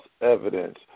evidence